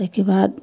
ताहिके बाद